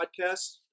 podcast